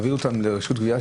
מעביר אותם לרשות הגבייה,